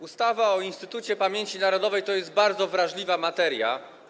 Ustawa o Instytucie Pamięci Narodowej to bardzo wrażliwa materia.